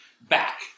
back